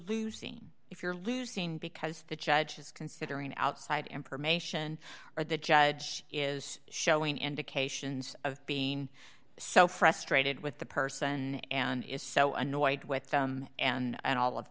losing if you're losing because the judge is considering outside emperor mation or the judge is showing indications of being so frustrated with the person and is so annoyed with them and all of